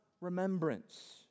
remembrance